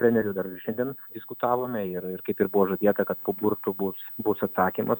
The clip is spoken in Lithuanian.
treneriu dar ir šiandien diskutavome ir ir kaip ir buvo žadėta kad po burtų bus bus atsakymas